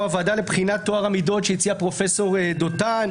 הוועדה לבחינת טוהר המידות שהציע פרופ' דותן,